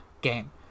game